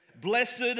Blessed